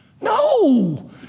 No